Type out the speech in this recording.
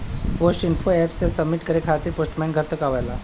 post info app से submit करे खातिर पोस्टमैन घर तक आवला